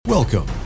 Welcome